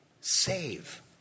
Save